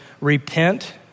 repent